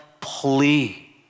plea